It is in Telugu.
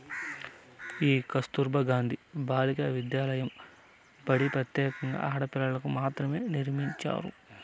ఈ కస్తుర్బా గాంధీ బాలికా విద్యాలయ బడి ప్రత్యేకంగా ఆడపిల్లలకు మాత్రమే నిర్మించారు